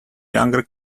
younger